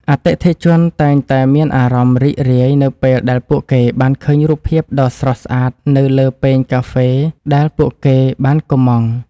អតិថិជនតែងតែមានអារម្មណ៍រីករាយនៅពេលដែលពួកគេបានឃើញរូបភាពដ៏ស្រស់ស្អាតនៅលើពែងកាហ្វេដែលពួកគេបានកុម្ម៉ង់។